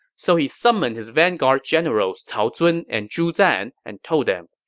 so he summoned his vanguard generals cao zun and zhu zan and told them,